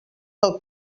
del